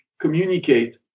communicate